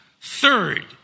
Third